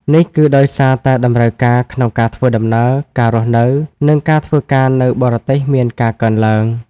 នេះគឺដោយសារតែតម្រូវការក្នុងការធ្វើដំណើរ ការរស់នៅ និងការធ្វើការនៅបរទេសមានការកើនឡើង។